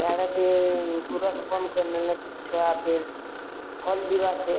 ଇଆଡ଼େ ଫେର୍ ଗୁରସ୍ ବନ୍ଦ୍ କରିଦେଲେ ଛୁଆ ଫେର୍ ଫଳ୍ ଯିବା ସେ